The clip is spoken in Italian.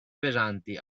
pesanti